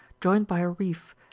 joined by a reef,